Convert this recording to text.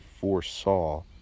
foresaw